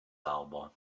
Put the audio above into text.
arbres